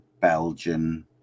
belgian